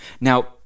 Now